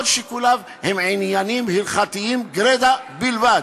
כל שיקוליו הם ענייניים והלכתיים גרידא בלבד.